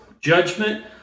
judgment